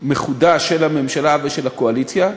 מחודש של הממשלה ושל הקואליציה.